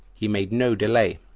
he made no delay,